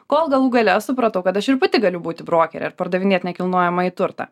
kol galų gale supratau kad aš ir pati galiu būti brokerė ir pardavinėt nekilnojamąjį turtą